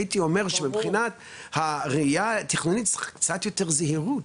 הייתי אומר שמבחינת הראייה התכנונית קצת יותר זהירות.